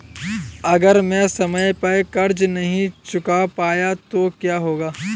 अगर मैं समय पर कर्ज़ नहीं चुका पाया तो क्या होगा?